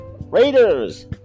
Raiders